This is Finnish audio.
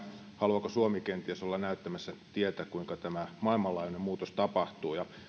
haluaako suomi kenties olla näyttämässä tietä kuinka tämä maailmanlaajuinen muutos tapahtuu